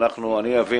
אני אבין